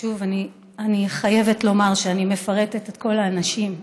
שוב, אני חייבת לומר שאני מפרטת את כל האנשים,